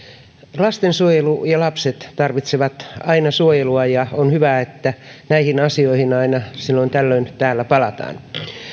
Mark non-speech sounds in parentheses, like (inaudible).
lastensuojelu ja lapset tarvitsevat aina suojelua ja on hyvä että näihin asioihin (unintelligible) aina silloin tällöin täällä palataan